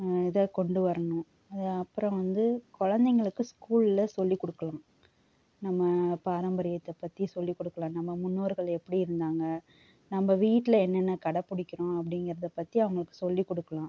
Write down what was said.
இத கொண்டு வரணும் அது அப்புறம் வந்து குழந்தைங்களுக்கு ஸ்கூலில் சொல்லிக்கொடுக்கலாம் நம்ம பாராமரியத்தை பற்றி சொல்லிக்கொடுக்கலாம் நம்ம முன்னோர்கள் எப்படிருந்தாங்க நம்ம வீட்டில் என்னென்ன கடப்பிடிக்கணும் அப்படிங்குறத பற்றி அவங்களுக்கு சொல்லிக்கொடுக்கலாம்